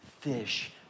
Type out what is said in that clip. fish